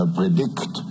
predict